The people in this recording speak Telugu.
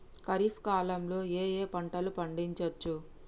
ఖరీఫ్ కాలంలో ఏ ఏ పంటలు పండించచ్చు?